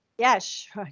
Yes